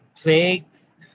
plagues